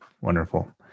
Wonderful